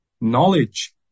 knowledge